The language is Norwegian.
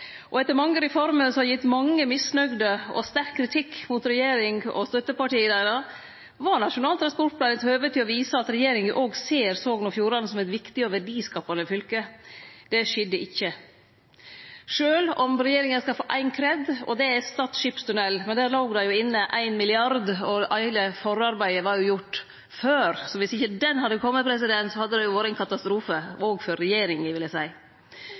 plass. Etter mange reformer, som har gjort mange misnøgde og gjeve sterk kritikk mot regjeringa og støttepartia deira, var Nasjonal transportplan eit høve til å vise at regjeringa òg ser Sogn og Fjordane som eit viktig og verdiskapande fylke. Det skjedde ikkje – sjølv om regjeringa skal få «kred» for Stad skipstunnel, men der låg det jo inne 1 mrd. kr, og heile forarbeidet var gjort før, så om ikkje han hadde kome, hadde det vore ei katastrofe – òg for regjeringa, vil eg seie.